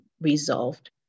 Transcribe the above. resolved